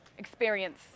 Experience